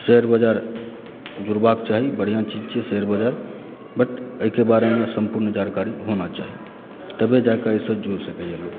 share बजार जुड़बाक चाही बढ़िआँ चीज छियै शेयर बजार बट एहिके बारेमे सम्पूर्ण जानकारी होना चाही तबे जाके एहिसँ जुड़ि सकैया लोग